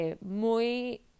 muy